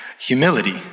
humility